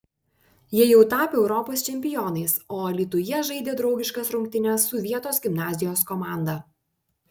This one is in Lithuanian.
jie jau tapę europos čempionais o alytuje žaidė draugiškas rungtynes su vietos gimnazijos komanda